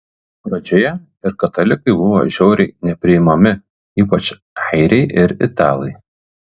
pradžioje ir katalikai buvo žiauriai nepriimami ypač airiai ir italai